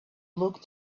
look